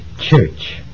church